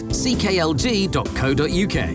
cklg.co.uk